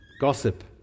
gossip